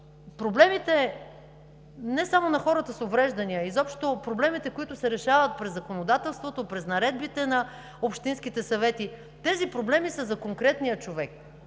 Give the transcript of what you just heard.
проблемите не само на хората с увреждания, изобщо проблемите, които се решават през законодателството, през наредбите на общинските съвети, тези проблеми са за конкретния човек.